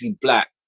Black